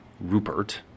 Rupert